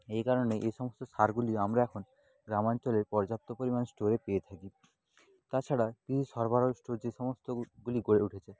এই কারণে এই সমস্ত সারগুলি আমরা এখন গ্রামাঞ্চলে পর্যাপ্ত পরিমাণ স্টোরে পেয়ে থাকি তাছাড়া কিছু সরবরাহ স্টোর যে সমস্তগুলি গড়ে উঠেছে